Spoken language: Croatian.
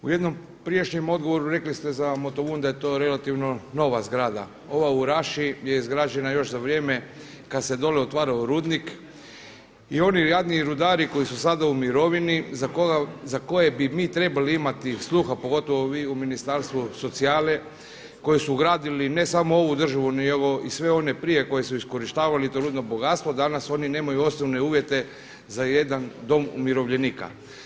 U jednom prijašnjem odgovoru rekli ste za Motovun da je to relativno nova zgrada, ova u Raši je izgrađena još za vrijeme kada se dolje otvarao rudnik i oni jadni rudari koji su sada u mirovini za koje bi mi trebali imati sluha pogotovo vi u Ministarstvu socijale koji su gradili ne samo ovu državu nego i sve one prije koje su iskorištavali to rudno bogatstvo danas oni nemaju osnovne uvjete za jedan dom umirovljenika.